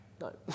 No